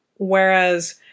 Whereas